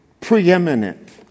preeminent